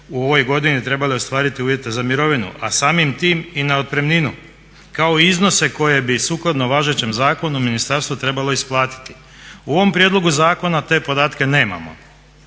u ovoj godini trebali ostvariti uvjete za mirovinu, a samim tim i na otpremninu kao i iznose koje bi sukladno važećem zakonu ministarstvo trebalo isplatiti. U ovom prijedlogu zakona te podatke nemamo